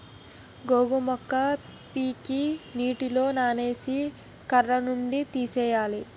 గోగు మొక్క పీకి నీటిలో నానేసి కర్రనుండి తీయాలి